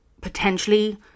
potentially